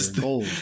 Gold